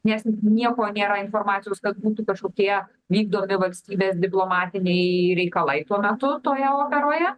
nes nieko nėra informacijos kad būtų kažkokie vykdomi valstybės diplomatiniai reikalai tuo metu toje operoje